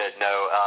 No